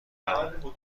قبول